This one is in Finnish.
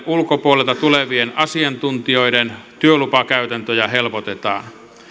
ulkopuolelta tulevien asiantuntijoiden työlupakäytäntöjä helpotetaan